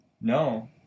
no